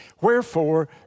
Wherefore